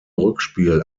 rückspiel